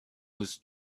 was